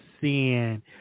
sin